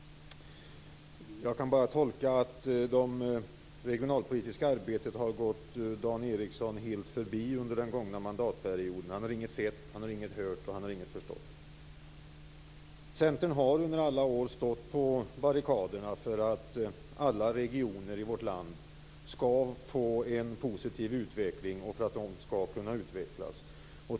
Jag kan bara tolka det som att det regionalpolitiska arbetet har gått Dan Ericsson helt förbi under den gångna mandatperioden. Han har inget sett, han har inget hört och han har inget förstått. Centern har under alla år stått på barrikaderna för att alla regioner i vårt land skall få en positiv utveckling och för att de skall kunna utvecklas.